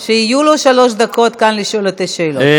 שיהיו לו שלוש דקות כאן לשאול את השאלות.